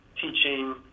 teaching